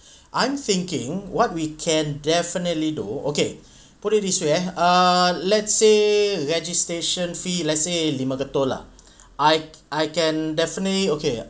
I'm thinking what we can definitely though okay put it this way err let's say registration fee let's say lima ketul lah I I can definitely okay